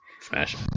Smash